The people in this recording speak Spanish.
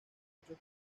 muchos